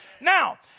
Now